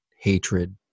hatred